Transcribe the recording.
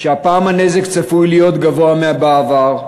שהפעם הנזק צפוי להיות גבוה מאשר בעבר,